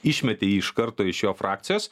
išmetė jį iš karto iš jo frakcijos